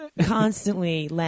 constantly